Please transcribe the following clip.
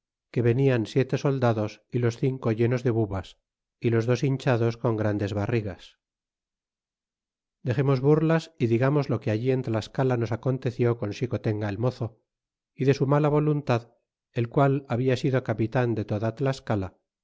que venian siete soldados y los cinco llenos de bubas y los dos hinchados con grandes barrigas dexernos burlas y digamos lo que allí en tlascala nos aconteció con xicotenga el mozo y de su mala voluntad el qual habla sido capitan de toda tlascala